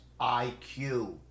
IQ